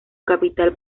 capital